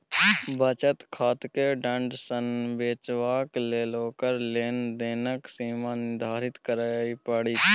बचत खाताकेँ दण्ड सँ बचेबाक लेल ओकर लेन देनक सीमा निर्धारित करय पड़त